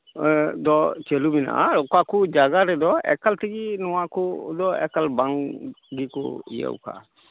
ᱫᱚ ᱪᱟᱹᱞᱩ ᱢᱮᱱᱟᱜᱼᱟ ᱚᱠᱟ ᱠᱚ ᱡᱟᱭᱜᱟ ᱨᱮᱫᱚ ᱮᱠᱟᱞ ᱛᱮᱜᱤ ᱱᱚᱣᱟ ᱠᱚᱫᱚ ᱮᱠᱟᱞ ᱵᱟᱝ ᱜᱮᱠᱚ ᱤᱭᱟᱹᱣ ᱠᱟᱜᱼᱟ